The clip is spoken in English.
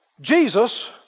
Jesus